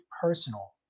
personal